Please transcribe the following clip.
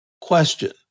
Question